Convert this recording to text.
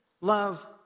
love